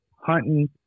hunting